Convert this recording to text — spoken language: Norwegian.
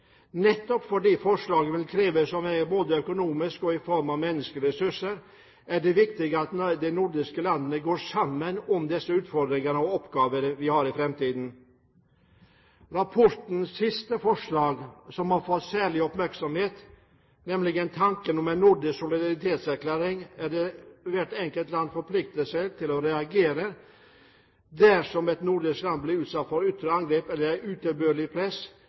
Nettopp fordi forslagene vil kreve så meget både økonomisk og i form av menneskelige ressurser, er det viktig at de nordiske landene går sammen om disse utfordringene og oppgavene vi har i framtiden. Rapportens siste forslag, som har fått særlig oppmerksomhet, gjelder tanken om en nordisk solidaritetserklæring, at hvert enkelt land forplikter seg til å reagere dersom et nordisk land blir utsatt for ytre angrep eller utilbørlig press.